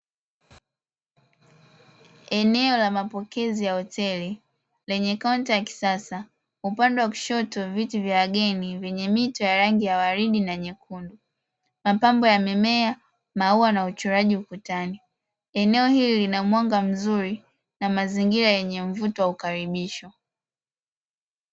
Eneo la mapokezi ya hoteli penye kaunta ya kisasa ambapo mimea mizuri ya mauwa yamemea ukutani eneo hili linaonyesha mandhari nzuri yakuvutia kwa wateja